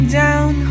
down